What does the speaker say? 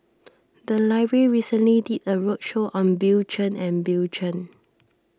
the library recently did a roadshow on Bill Chen and Bill Chen